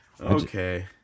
Okay